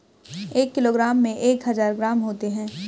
एक किलोग्राम में एक हजार ग्राम होते हैं